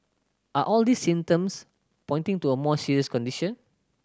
are all these symptoms pointing to a more serious condition